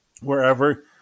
wherever